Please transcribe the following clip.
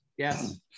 Yes